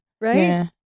Right